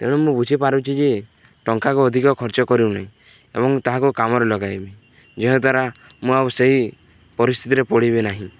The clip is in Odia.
ତେଣୁ ମୁଁ ବୁଝିପାରୁଛି ଯେ ଟଙ୍କାକୁ ଅଧିକ ଖର୍ଚ୍ଚ କରୁନି ଏବଂ ତାହାକୁ କାମରେ ଲଗାଇବି ଯାହାଦ୍ୱାରା ମୁଁ ଆଉ ସେହି ପରିସ୍ଥିତିରେ ପଡ଼ିବି ନାହିଁ